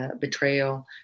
Betrayal